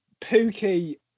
Pookie